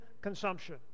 consumption